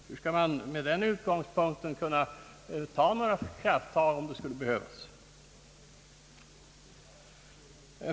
Hur skall man med den utgångspunkten kunna ta några krafttag om det skulle behövas?